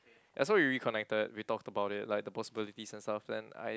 and so we reconnected we talked about it like the possibilities and stuff then I